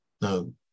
no